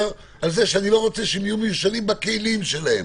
על זה שאני לא רוצה שהם יהיו מיושנים בכלים שלהם.